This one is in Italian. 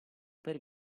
per